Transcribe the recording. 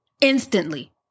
Instantly